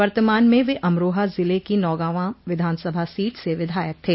वर्तमान में वे अमरोहा जिले की नौगॉवा विधान सभा सीट से विधायक थे